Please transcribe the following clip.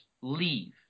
leave